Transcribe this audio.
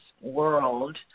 world